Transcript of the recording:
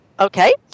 Okay